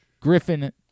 Griffin